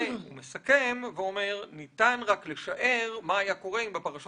הוא מסכם ואומר: "ניתן רק לשער מה היה קורה אם בפרשות